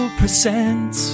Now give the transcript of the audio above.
percent